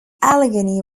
allegheny